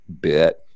bit